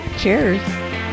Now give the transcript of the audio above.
Cheers